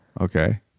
Okay